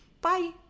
bye